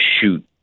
shoot